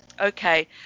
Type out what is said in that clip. okay